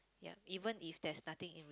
ya even if there's nothing in re~